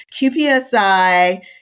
QPSI